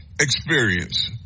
experience